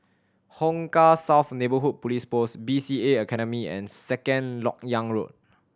Hong Kah South Neighbourhood Police Post B C A Academy and Second Lok Yang Road